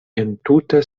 entute